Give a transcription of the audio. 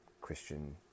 Christian